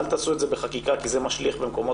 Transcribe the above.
אל תעשו את זה בחקיקה כי זה משליך על מקומות